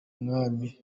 mwami